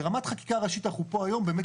ברמת חקיקה ראשית אנחנו פה היום באמת